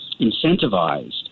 incentivized